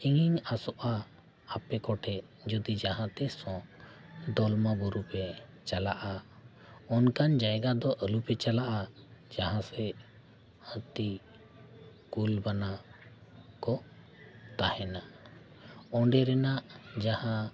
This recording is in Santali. ᱤᱧᱤᱧ ᱟᱥᱚᱜᱼᱟ ᱟᱯᱮ ᱠᱚᱴᱷᱮᱱ ᱡᱩᱫᱤ ᱡᱟᱦᱟᱸ ᱛᱮᱥᱚ ᱦᱚᱸ ᱫᱚᱞᱢᱟ ᱵᱩᱨᱩ ᱯᱮ ᱪᱟᱞᱟᱜᱼᱟ ᱚᱱᱠᱟᱱ ᱡᱟᱭᱜᱟ ᱫᱚ ᱟᱞᱚ ᱯᱮ ᱪᱟᱞᱟᱜᱼᱟ ᱡᱟᱦᱟᱸ ᱥᱮᱫ ᱦᱟᱹᱛᱤ ᱠᱩᱞ ᱵᱟᱱᱟ ᱠᱚ ᱛᱟᱦᱮᱱᱟ ᱚᱸᱰᱮ ᱨᱮᱱᱟᱜ ᱡᱟᱦᱟᱸ